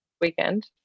weekend